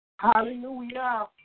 Hallelujah